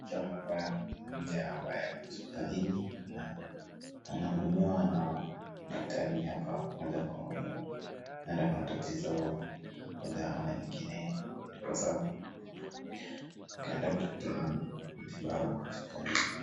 Picha hapa ina mja ambaye ako hospitalini na anahudumiwa na daktari hapa moja kwa moja. Huenda akona tatizo moja ama nyingine ndiposa kaenda kutafuta matibabu hospitalini.